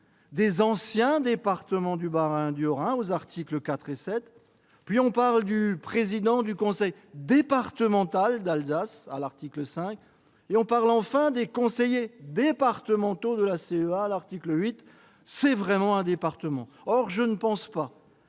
des « anciens départements du Bas-Rhin et du Haut-Rhin » aux articles 4 et 7, puis du « président du conseil départemental d'Alsace » à l'article 5 et des « conseillers départementaux » de la CEA à l'article 8. La CEA est vraiment un département ! Or je ne pense pas